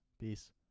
Peace